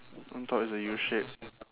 on top is a U shape